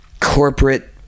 corporate